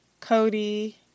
Cody